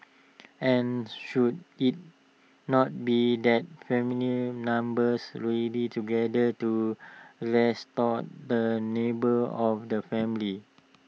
and should IT not be that family numbers really together to restore the neighbor of the family